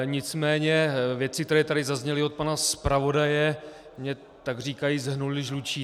Nicméně věci, které tady zazněly od pana zpravodaje, mně takříkajíc hnuly žlučí.